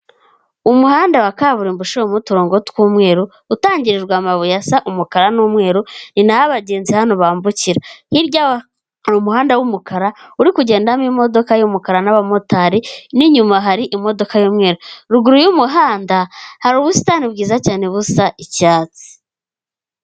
Umuhanda wa kaburimbo uciyemo uturongongo tw'umweru, utangirijwe amabuye asa umukara n'umweru ni naho abagenzi hano bambukira, hirya yaho hari umuhanda w'umukara uri kugendamo imodoka y'umukara n'abamotari, n'inyuma hari imodoka y'umweru ruguru y'umuhanda hari ubusitani bwiza cyane busa icyatsi.